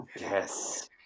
Yes